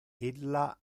illa